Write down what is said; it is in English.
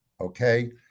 Okay